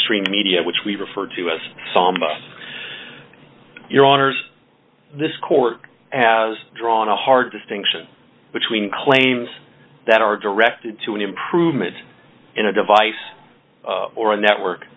stream media which we refer to as your honour's this court has drawn a hard distinction between claims that are directed to an improvement in a device or a network